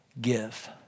give